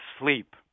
sleep